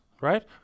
right